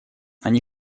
они